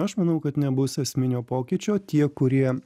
aš manau kad nebus esminio pokyčio tie kurie